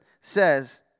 says